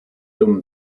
dumm